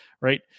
right